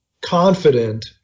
confident